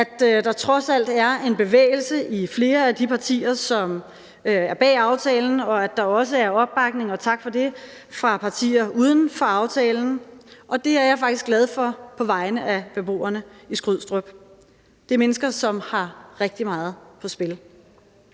at der trods alt er en bevægelse i flere af de partier, som står bag aftalen, og at der også er opbakning – og tak for det – fra partier uden for aftalen, og det er jeg faktisk glad for på vegne af beboerne i Skrydstrup. Det er mennesker, som har rigtig meget på spil.